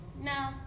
no